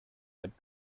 but